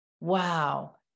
Wow